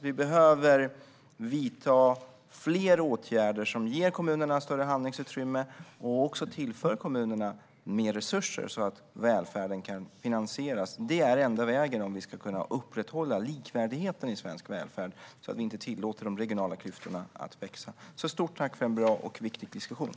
Vi behöver vidta fler åtgärder som ger kommunerna större handlingsutrymme och också tillför kommunerna mer resurser så att välfärden kan finansieras. Det är enda vägen, om vi ska kunna upprätthålla likvärdigheten i svensk välfärd, att vi inte tillåter de regionala klyftorna att växa. Stort tack för en bra och viktig diskussion!